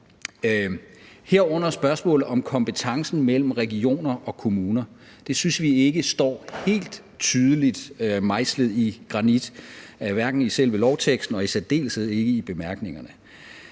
herunder spørgsmålet om kompetencen mellem regioner og kommuner. Det synes vi ikke står helt tydeligt mejslet i granit i selve lovteksten og i særdeleshed ikke i bemærkningerne.